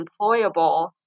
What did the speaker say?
employable